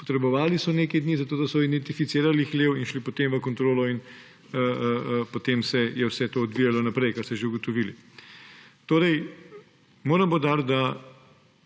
Potrebovali so nekaj dni, da so identificirali hlev, in šli potem v kontrolo in potem se je vse to odvijalo naprej, kar ste že ugotovili. Moram poudariti, da